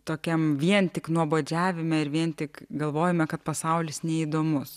tokiam vien tik nuobodžiavime ir vien tik galvojime kad pasaulis neįdomus